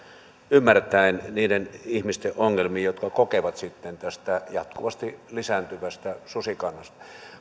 ymmärtäen niiden ihmisten ongelmiin jotka kokevat huolta tästä jatkuvasti lisääntyvästä susikannasta